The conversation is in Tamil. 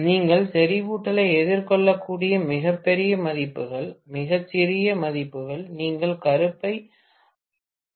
நீங்கள் செறிவூட்டலை எதிர்கொள்ளக்கூடிய மிகப் பெரிய மதிப்புகள் மிகச் சிறிய மதிப்புகள் நீங்கள் கருப்பை அகப்படலத்தைக் காணலாம்